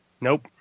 nope